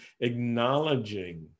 acknowledging